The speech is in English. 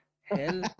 hell